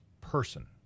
person